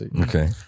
okay